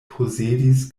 posedis